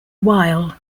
while